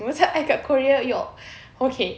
masa I kat korea your okay